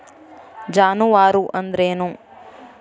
ಜಾನುವಾರು ಅಂದ್ರೇನು?